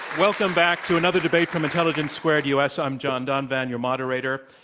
welcome back to another debate from intelligence squared u. s. i'm john donvan, your moderator.